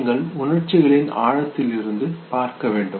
நீங்கள் உணர்ச்சிகளின் ஆழத்திலிருந்து பார்க்க வேண்டும்